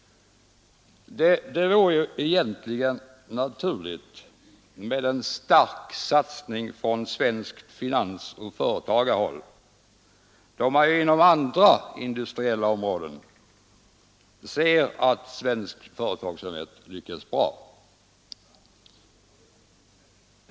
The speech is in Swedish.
Det vore egentligen naturligt med en stark satsning från svenskt finansoch företagarhåll, då man inom andra industriella områden ser att svensk företagsamhet lyckas bra.